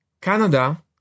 Canada